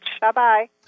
Bye-bye